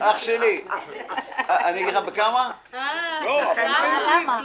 אגיד לך בכמה חרגתי?